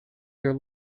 your